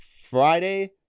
Friday